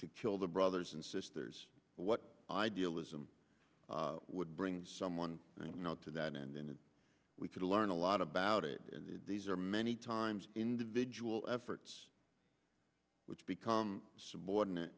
to kill their brothers and sisters what idealism would bring someone you know to that end in that we could learn a lot about it and these are many times individual efforts which become subordinate